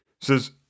says